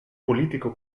político